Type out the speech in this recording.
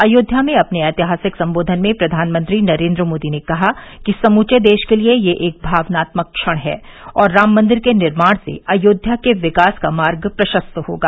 अयोध्या में अपने ऐतिहासिक संबोधन में प्रधानमंत्री नरेंद्र मोदी ने कहा कि समूचे देश के लिए यह एक भावनात्मक क्षण है और राम मंदिर के निर्माण से अयोध्या के विकास का मार्ग प्रशस्त होगा